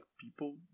people